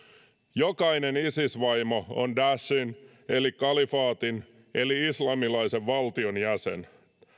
jokainen isis vaimo on daeshin eli kalifaatin eli islamilaisen valtion jäsen